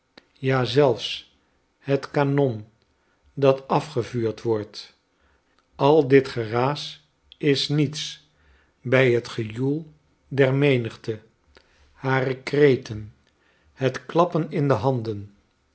ja zelfs het kanon dat afgevuurd wordt al ditgeraasis niets by het gejoel der menigte hare kreten het klappen in de handen